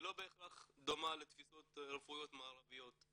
לא בהכרח דומה לתפיסות רפואיות מערביות.